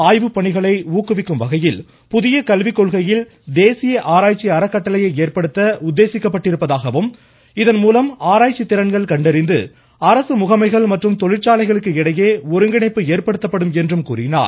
ஆய்வுப் பணிகளை ஊக்குவிக்கும் வகையில் புதிய கல்விக்கொள்கையில் தேசிய ஆராய்ச்சி அறக்கட்டளையை ஏற்படுத்த உத்தேசிக்கப்பட்டிருப்பதாகவும் இதன்மூலம் ஆராய்ச்சி திறன்கள் கண்டறிந்து அதன்மூலம் அரசு முகமைகள் மற்றும் தொழிற்சாலைகளுக்கு இடையே ஒருங்கிணைப்பு ஏற்படுத்தப்படும் என்றும் கூறினார்